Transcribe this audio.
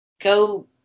go